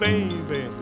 Baby